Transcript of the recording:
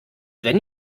wenn